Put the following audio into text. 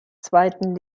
zweiten